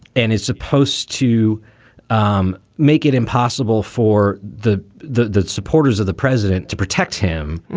and it's supposed to um make it impossible for the the the supporters of the president to protect him.